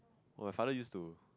oh I started used to